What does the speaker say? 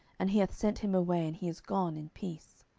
and he hath sent him away, and he is gone in peace.